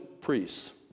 priests